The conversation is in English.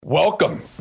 Welcome